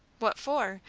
what for!